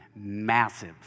massive